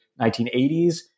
1980s